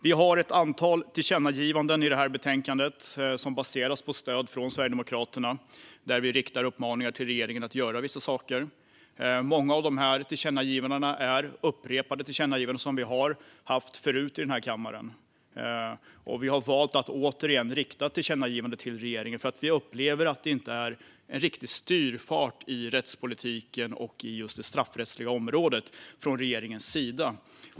Det finns ett antal tillkännagivanden i detta betänkande, som baseras på stöd från Sverigedemokraterna, där vi riktar uppmaningar till regeringen att göra vissa saker. Många av dessa tillkännagivanden är sådana som vi har gjort tidigare i denna kammare. Vi har valt att återigen rikta tillkännagivanden till regeringen eftersom vi upplever att det inte är någon riktig styrfart i rättspolitiken och på just det straffrättsliga området från regeringens sida.